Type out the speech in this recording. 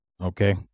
Okay